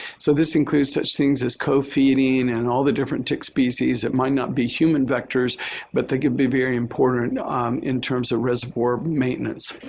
so this includes such things as co-feeding and all the different tick species that might not be human vectors but they can be very important in terms of reservoir maintenance.